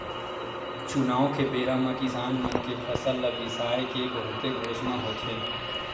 चुनाव के बेरा म किसान मन के फसल ल बिसाए के बहुते घोसना होथे